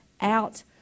out